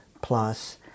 plus